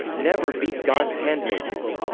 never beat god's handmaidens.